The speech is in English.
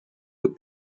that